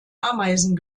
ameisen